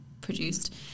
produced